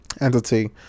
entity